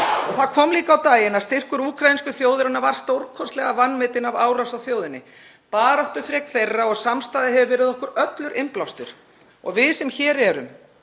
Það kom líka á daginn að styrkur úkraínsku þjóðarinnar var stórkostlega vanmetinn af árásarþjóðinni. Baráttuþrek hennar og samstaða hefur verið okkur öllum innblástur og við sem hér erum,